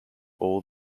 all